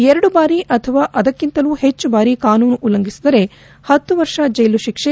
ಎರಡು ಬಾರಿ ಅಥವಾ ಅದಕ್ಕಿಂತಲೂ ಹೆಚ್ಚು ಬಾರಿ ಕಾನೂನು ಉಲ್ಲಂಘಿಸಿದರೆ ಹತ್ತು ವರ್ಷ ಜೈಲು ಶಿಕ್ಷೆ